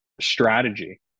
strategy